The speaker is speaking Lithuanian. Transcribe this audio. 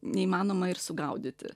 neįmanoma ir sugaudyti